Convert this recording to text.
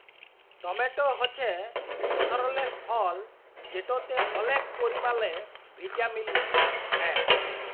tomato হছে ইক ধরলের ফল যেটতে অলেক পরিমালে ভিটামিল সি হ্যয়